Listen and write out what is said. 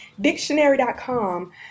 Dictionary.com